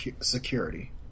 security